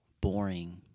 boring